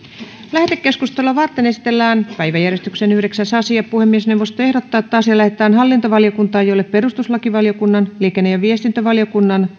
lähetekeskustelua varten esitellään päiväjärjestyksen yhdeksäs asia puhemiesneuvosto ehdottaa että asia lähetetään hallintovaliokuntaan jolle perustuslakivaliokunnan liikenne ja viestintävaliokunnan